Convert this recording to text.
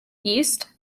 yeast